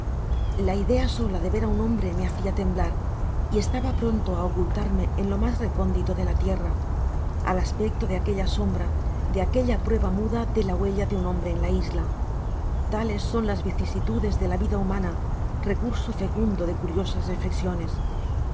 la idea sola de ver á un hombre me hacia temblar y estaba pronto á ocultarme en lo mas recóndito dela tierra al aspecto de aquella sombra de aquella prueba muda de la huella de un hombre en la isla tales son las vicisitudes de la vida humana recurso fecundo de curiosas reflexiones